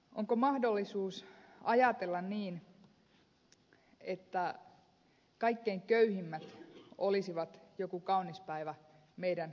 onko mahdollisuus ajatella niin että kaikkein köyhimmät olisivat joku kaunis päivä meidän ykkösagendallamme